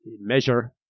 measure